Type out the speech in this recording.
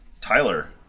Tyler